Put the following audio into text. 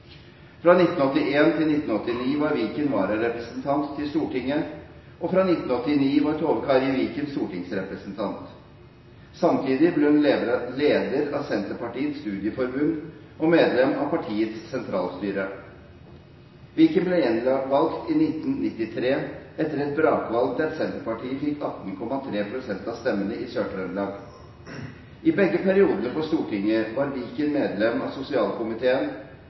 fra Sør-Trøndelag. Fra 1981 til 1989 var Viken vararepresentant til Stortinget, og fra 1989 var Tove Kari Viken stortingsrepresentant. Samtidig ble hun leder av Senterpartiets studieforbund og medlem av partiets sentralstyre. Viken ble gjenvalgt i 1993, etter et brakvalg der Senterpartiet fikk 18,3 pst. av stemmene i Sør-Trøndelag. I begge periodene på Stortinget var Viken medlem av sosialkomiteen,